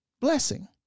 blessing